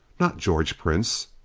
not george prince?